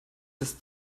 das